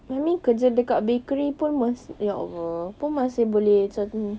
for me kerja dekat bakery pun masih ya allah pun masih boleh can